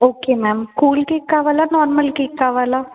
okay ma'am cool cake కావాలా normal cake కావాలా